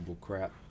crap